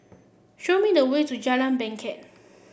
show me the way to Jalan Bangket